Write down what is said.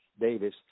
Davis